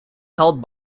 held